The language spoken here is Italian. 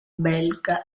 belga